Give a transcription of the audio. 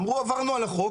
אמרו עברנו על החוק,